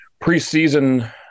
preseason